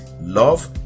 love